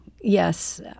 yes